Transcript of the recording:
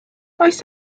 oes